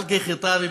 בשפה הערבית,